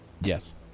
Yes